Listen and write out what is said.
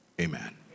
amen